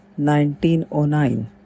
1909